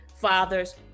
fathers